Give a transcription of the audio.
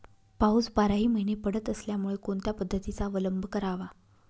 पाऊस बाराही महिने पडत असल्यामुळे कोणत्या पद्धतीचा अवलंब करावा?